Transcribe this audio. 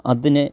അതിനെ